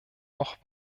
auch